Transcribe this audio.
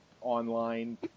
online